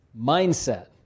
mindset